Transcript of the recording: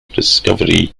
discovery